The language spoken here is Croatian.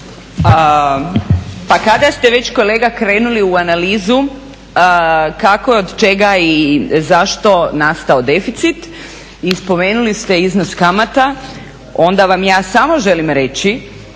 Pa kada ste već kolega krenuli u analizu kako, od čega i zašto je nastao deficit i spomenuli ste iznos kamata, onda vam ja samo želim reći